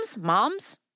Moms